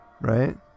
right